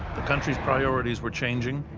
the country's priorities were changing.